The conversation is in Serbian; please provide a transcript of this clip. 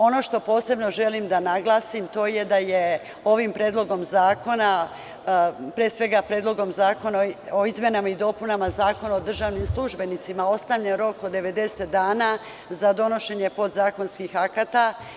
Ono što posebno želim da naglasim je da ovim predlogom zakona, pre svega Predloga zakona o izmenama i dopunama Zakona o državnim službenicima, ostane rok od 90 dana za donošenje podzakonskih akata.